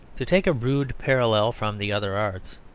to take a rude parallel from the other arts,